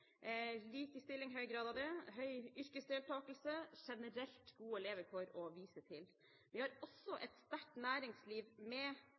likestilling, høy yrkesdeltakelse og generelt gode levekår å vise til. Vi har også et sterkt næringsliv med